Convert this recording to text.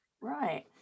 Right